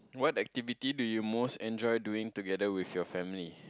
what activity do you most enjoy doing together with your family